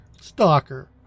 stalker